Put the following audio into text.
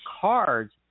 cards